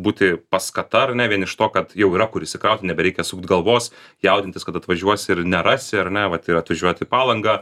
būti paskata ar ne vien iš to kad jau yra kur įsikraut nebereikia sukt galvos jaudintis kad atvažiuosi ir nerasi ar ne vat atvažiuot į palangą